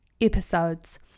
episodes